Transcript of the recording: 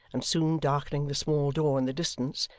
and soon darkening the small door in the distance,